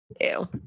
Ew